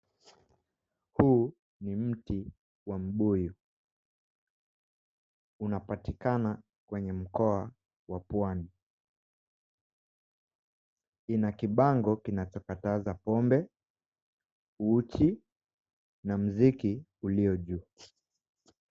Huu ni mti wa mbuyu. Unapatikana kwenye mkoa wa pwani. Kuna kibango kinachokatiza pombe, uchi na mziki ulio juu.